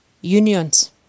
unions